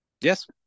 Yes